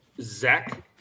zach